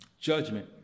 Judgment